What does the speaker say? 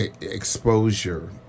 exposure